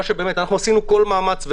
עשינו כל מאמץ,